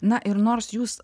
na ir nors jūs